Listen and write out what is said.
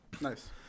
nice